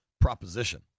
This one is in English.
proposition